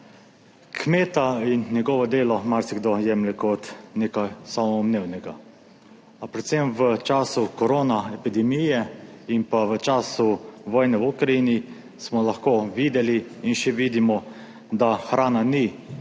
Kmeta in njegovo delo marsikdo jemlje kot nekaj samoumevnega, a predvsem v času korona epidemije in pa v času vojne v Ukrajini smo lahko videli in še vidimo, da hrana ni